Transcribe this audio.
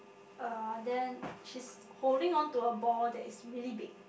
uh then she's holding onto a ball that is really big